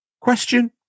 Question